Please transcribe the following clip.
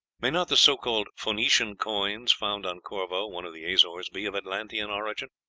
may not the so-called phoenician coins found on corvo, one of the azores, be of atlantean origin?